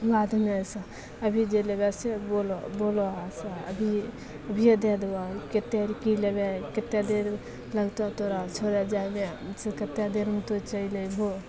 बादमे से अभी जे लेबऽसे बोलऽ बोलऽ अच्छा अभी अभिए दै देबऽ कतेक कि लेबै कतेक देर लगतऽ तोरा छोड़ै जाइमे से कतेक देरमे तू चलि अइबहो